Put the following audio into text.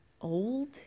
old